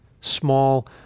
small